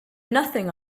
nothing